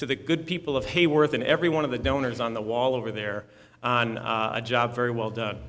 to the good people of hayworth and everyone of the donors on the wall over there on a job very well done